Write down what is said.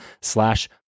slash